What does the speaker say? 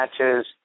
matches